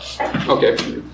okay